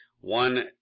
one